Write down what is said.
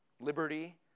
liberty